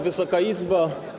Wysoka Izbo!